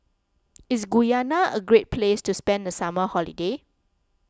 is Guyana a great place to spend the summer holiday